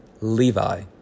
Levi